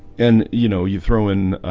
and you know you throw in